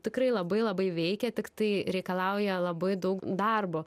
tikrai labai labai veikia tiktai reikalauja labai daug darbo